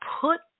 put